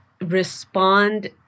respond